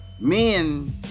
men